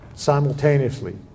simultaneously